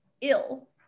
ill